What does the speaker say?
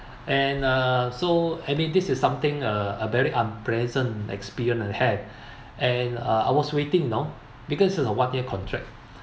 and uh so any this is something uh a very unpleasant experience I have and uh I was waiting you know because it's a one year contract